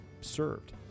served